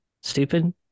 Stupid